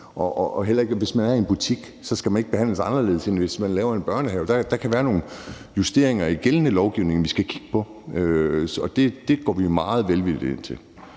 Og hvis man er i en butik, skal man heller ikke behandles anderledes, end hvis der skal laves en børnehave. Der kan være nogle justeringer af gældende lovgivning, vi skal kigge på, og det går vi meget velvilligt ind til.